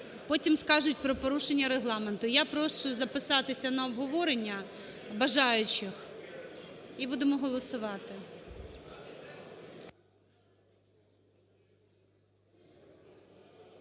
потім скажуть про порушення Регламенту. Я прошу записатись на обговорення бажаючих, і будемо голосувати.